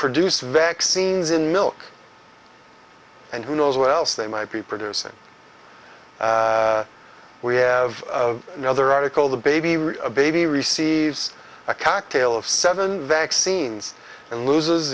produce vaccines in milk and who knows what else they might be producing we have another article the baby a baby receives a cocktail of seven vaccines and loses